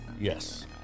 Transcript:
Yes